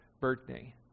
birthday